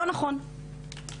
אין פוטנציאל בשדה.